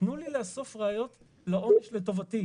תנו לי לאסוף ראיות לעונש לטובתי.